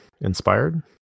inspired